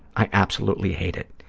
i absolutely hate it.